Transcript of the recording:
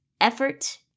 effort